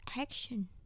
action